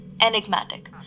enigmatic